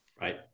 Right